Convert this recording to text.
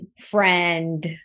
friend